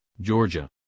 Georgia